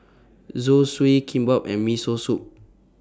Zosui Kimbap and Miso Soup